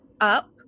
up